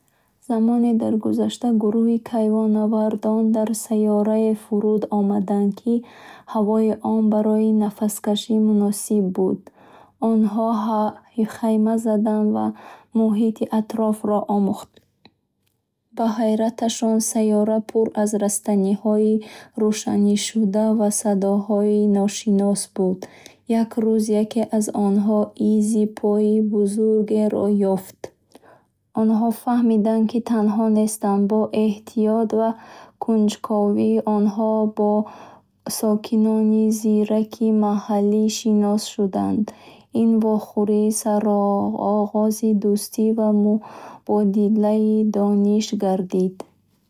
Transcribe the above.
Замоне дар гузашта, гурӯҳи кайҳоннавардон дар сайёрае фуруд омаданд, ки ҳавои он барои нафаскашӣ муносиб буд. Онҳо хайма заданд ва муҳити атрофро омӯхтанд. Ба ҳайраташон, сайёра пур аз растаниҳои рӯшаншуда ва садоҳои ношинос буд Як рӯз, яке аз онҳо изи пойи бузургеро ёфт. Онҳо фаҳмиданд, ки танҳо нестанд. Бо эҳтиёт ва кунҷковӣ, онҳо бо сокинони зираки маҳаллӣ шинос шуданд. Ин вохӯрӣ сароғози дӯстӣ ва мубодилаи дониш гардид.